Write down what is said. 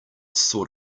sort